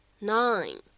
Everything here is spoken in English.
nine